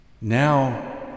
Now